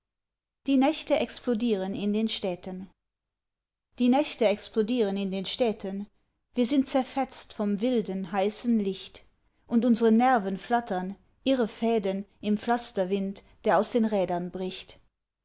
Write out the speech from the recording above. die nächte explodieren in den städten die nächte explodieren in den städten wir sind zerfetzt vom wilden heißen licht und unsre nerven flattern irre fäden im pflasterwind der aus den rädern bricht